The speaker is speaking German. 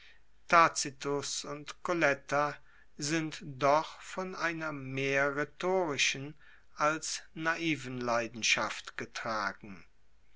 und colletta sind doch von einer mehr rhetorischen als naiven leidenschaft getragen